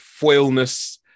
foilness